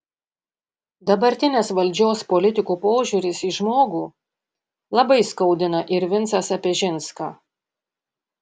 dabartinės valdžios politikų požiūris į žmogų labai skaudina ir vincą sapežinską